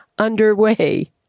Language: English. underway